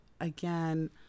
again